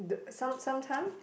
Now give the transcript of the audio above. some sometime